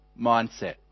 mindset